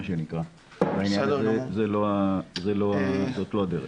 זאת לא הדרך.